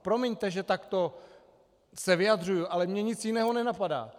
Promiňte, že se takto vyjadřuju, ale mě nic jiného nenapadá.